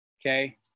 Okay